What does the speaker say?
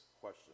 question